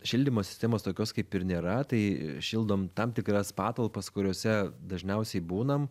šildymo sistemos tokios kaip ir nėra tai šildom tam tikras patalpas kuriose dažniausiai būnam